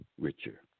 richer